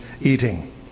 eating